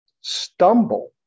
Stumble